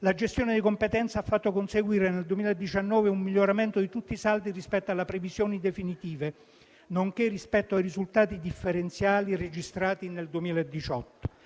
La gestione di competenza ha fatto conseguire nel 2019 un miglioramento di tutti i saldi rispetto alle previsioni definitive, nonché rispetto ai risultati differenziali registrati nel 2018.